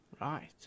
Right